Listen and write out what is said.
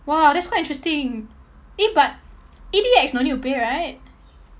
!wow! that's quite interesting eh but E_D_X don't need to pay right